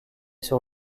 sur